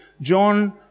John